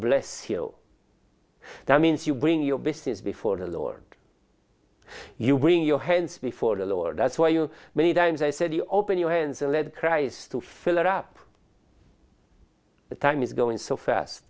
bless you that means you bring your business before the lord you bring your hands before the lord that's why you many times i said you open your hands and lead christ to fill er up the time is going so fast